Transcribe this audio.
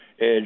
edge